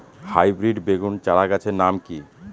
Hybrid বেগুন চারাগাছের নাম কি?